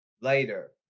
later